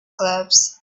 clubs